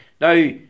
Now